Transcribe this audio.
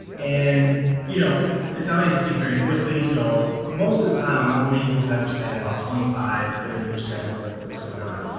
and you know, italians speak very quickly, so most of the time i'm only able to understand about twenty five thirty percent of what's what's going on.